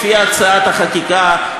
לפי הצעת החקיקה,